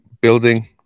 building